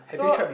so